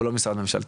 הוא לא משרד ממשלתי.